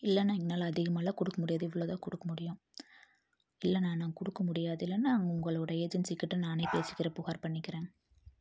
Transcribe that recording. இல்லைண்ணா என்னால் அதிகமாயெலாம் கொடுக்க முடியாது இவ்வளதான் கொடுக்க முடியும் இல்லைண்ணா நான் கொடுக்க முடியாது இல்லைன்னா நாங்கள் உங்களுடைய ஏஜென்சி கிட்டே நானே பேசிக்கிறேன் புகார் பண்ணிக்கிறேன்